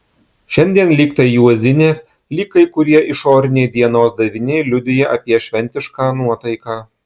šiandien lyg tai juozinės lyg kai kurie išoriniai dienos daviniai liudija apie šventišką nuotaiką